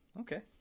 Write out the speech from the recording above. okay